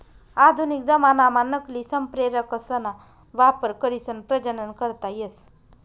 आधुनिक जमानाम्हा नकली संप्रेरकसना वापर करीसन प्रजनन करता येस